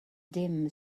dim